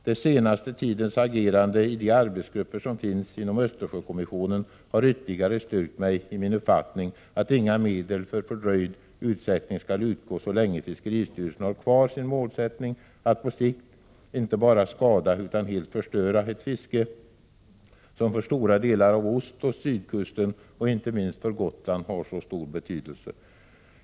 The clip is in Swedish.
Den senaste tidens agerande i de arbetsgrupper som finns inom Östersjökommissionen har ytterligare styrkt mig i min uppfattning att inga medel för fördröjd utsättning skall utgå så länge fiskeristyrelsen har kvar sin målsättning att på sikt inte bara skada, utan helt förstöra ett fiske som för stora delar av ostoch sydkusten och inte minst för Gotland har så stor betydelse.